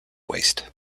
waste